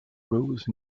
rose